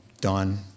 done